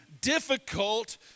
difficult